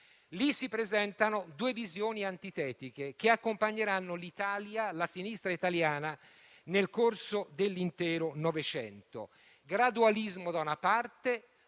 Lì si presentano due visioni antitetiche, che accompagneranno l'Italia e la sinistra italiana nel corso dell'intero Novecento: gradualismo da una parte